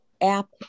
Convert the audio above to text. App